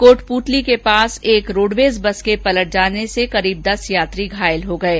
कोटप्रतली के पास एक रोडवेज बस के पलट जाने से करीब दस यात्री घायल हो गये